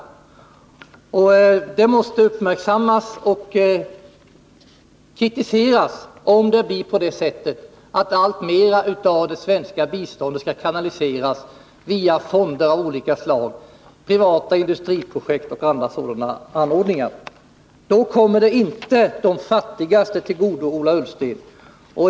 Om alltmer av det svenska biståndet kanaliseras via fonder av olika slag, privata industriprojekt o. d., måste detta uppmärksammas och kritiseras. Då kommer nämligen inte biståndet de fattigaste till godo, Ola Ullsten.